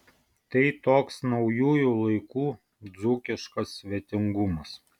tai toks naujųjų laikų dzūkiškas svetingumas